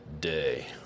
day